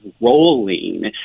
rolling